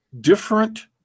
different